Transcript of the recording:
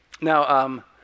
Now